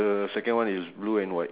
purple socks